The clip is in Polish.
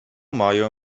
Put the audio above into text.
mają